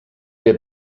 der